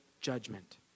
judgment